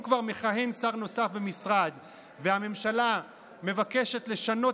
אם כבר מכהן שר נוסף במשרד והממשלה מבקשת לשנות